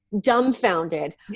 dumbfounded